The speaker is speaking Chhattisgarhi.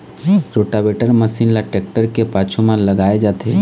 रोटावेटर मसीन ल टेक्टर के पाछू म लगाए जाथे